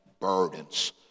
burdens